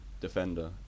defender